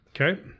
Okay